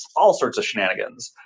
all sorts of shenanigans.